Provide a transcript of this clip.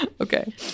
Okay